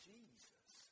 Jesus